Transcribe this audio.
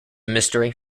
mystery